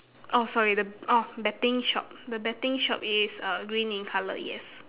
orh sorry the orh betting shop the betting shop is uh green in colour yes